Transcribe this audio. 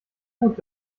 gut